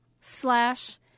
slash